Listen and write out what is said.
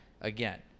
Again